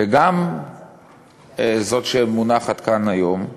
וגם זאת שמונחת כאן היום,